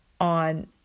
on